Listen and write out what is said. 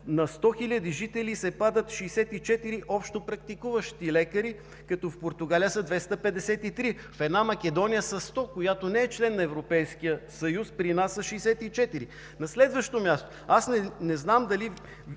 На 100 хил. жители се падат 64 общопрактикуващи лекари, като в Португалия са 253, в една Македония са 100, която не е член на Европейския съюз, при нас са 64. На следващо място, не знам дали